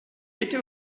était